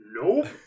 Nope